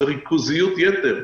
זה ריכוזיות יתר.